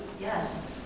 Yes